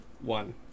one